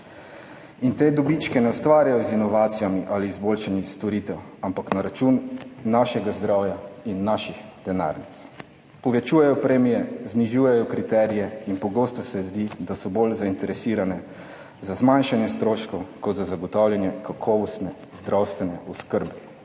In teh dobičkov ne ustvarjajo z inovacijami ali izboljšanjem storitev, ampak na račun našega zdravja in naših denarnic. Povečujejo premije, znižujejo kriterije in pogosto se zdi, da so bolj zainteresirane za zmanjšanje stroškov kot za zagotavljanje kakovostne zdravstvene oskrbe.